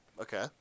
Okay